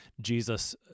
Jesus